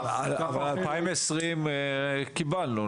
ב-2020 קיבלנו,